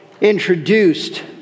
introduced